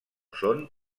són